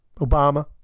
Obama